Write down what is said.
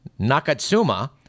Nakatsuma